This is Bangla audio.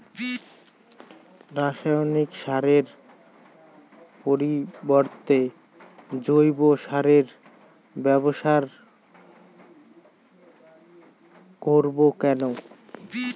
রাসায়নিক সারের পরিবর্তে জৈব সারের ব্যবহার করব কেন?